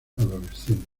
adolescente